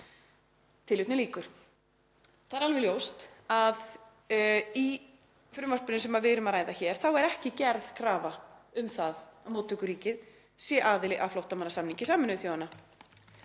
alþjóðalögum.““ Það er alveg ljóst að í frumvarpinu sem við erum að ræða hér er ekki gerð krafa um það móttökuríkið sé aðili að flóttamannasamningi Sameinuðu þjóðanna.